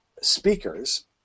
speakers